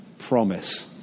promise